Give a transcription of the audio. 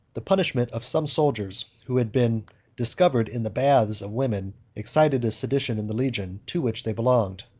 the punishment of some soldiers, who had been discovered in the baths of women, excited a sedition in the legion to which they belonged.